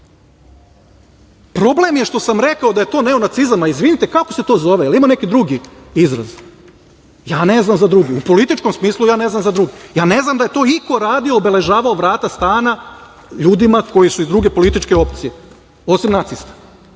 smešno. Problem je što sam rekao da je to neonacizam. Izvinite, kako se to zove? Jel ima neki drugi izraz? Ja ne znam za drugi. U političkom smislu ja ne znam za drugi. Ja ne znam da je to iko radio, obeležavao vrata stana ljudima koji su iz druge političke opcije osim nacista